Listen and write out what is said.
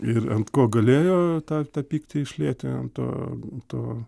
ir ant ko galėjo tą tą pyktį išlieti ant to to